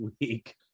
week